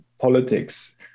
politics